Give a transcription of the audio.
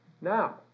Now